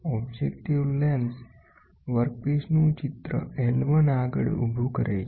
objective lens workpiece નું ચિત્ર l1આગળ ઊભુ કરે છે